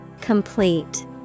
Complete